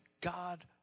God